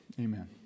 Amen